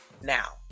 now